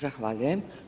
Zahvaljujem.